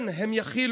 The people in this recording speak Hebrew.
כן, הם יכילו.